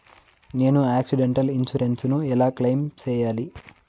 నేను accidental insurance ను ఎలా క్లెయిమ్ సేయాలి?